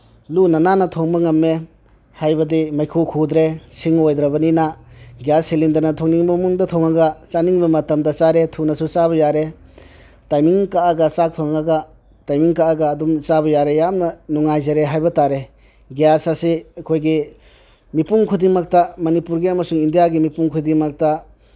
ꯂꯨꯅ ꯅꯥꯟꯅ ꯊꯣꯡꯕ ꯉꯝꯃꯦ ꯍꯥꯏꯕꯗꯤ ꯃꯩꯈꯨ ꯈꯨꯗ꯭ꯔꯦ ꯁꯤꯡ ꯑꯣꯏꯗ꯭ꯔꯕꯅꯤꯅ ꯒ꯭ꯌꯥꯁ ꯁꯤꯂꯤꯟꯗꯔꯅ ꯊꯣꯡꯅꯤꯡꯕ ꯃꯑꯣꯡꯗ ꯊꯣꯡꯉꯒ ꯆꯥꯅꯤꯡꯕ ꯃꯇꯝꯗ ꯆꯥꯔꯦ ꯊꯨꯅꯁꯨ ꯆꯥꯕ ꯌꯥꯔꯦ ꯇꯥꯏꯃꯤꯡ ꯀꯛꯑꯒ ꯆꯥꯛ ꯊꯣꯡꯉꯒ ꯇꯥꯏꯃꯤꯡ ꯀꯛꯑꯒ ꯑꯗꯨꯝ ꯆꯥꯕ ꯌꯥꯔꯦ ꯌꯥꯝꯅ ꯅꯨꯡꯉꯥꯏꯖꯔꯦ ꯍꯥꯏꯕ ꯇꯥꯔꯦ ꯒ꯭ꯌꯥꯁ ꯑꯁꯦ ꯑꯩꯈꯣꯏꯒꯤ ꯃꯤꯄꯨꯝ ꯈꯨꯗꯤꯡꯃꯛꯇ ꯃꯅꯤꯄꯨꯔꯒꯤ ꯑꯃꯁꯨꯡ ꯏꯟꯗꯤꯌꯥꯒꯤ ꯃꯤꯄꯨꯝ ꯈꯨꯗꯤꯡꯃꯛꯇ